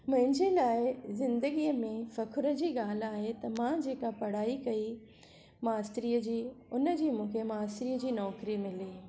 मुंहिंजे लाइ ज़िंदगीअ में फ़ख्रु जी ॻाल्हि आहे त मां जेका पढ़ाई कई मास्तरीअ जी हुन जी मूंखे मास्तरीअ जी नौकरी मिली